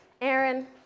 Aaron